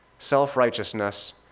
Self-righteousness